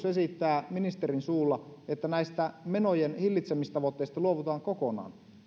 esittää ministerin suulla että näistä menojen hillitsemistavoitteista luovutaan kokonaan